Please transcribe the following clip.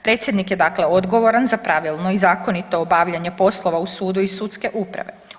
Predsjednik je, dakle odgovoran za pravilno i zakonito obavljanje poslova u sudu i sudske uprave.